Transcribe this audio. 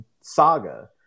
saga